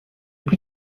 plus